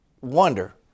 wonder